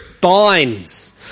binds